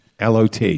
LOT